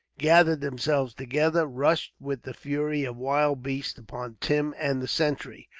gathering themselves together, rushed with the fury of wild beasts upon tim and the sentry.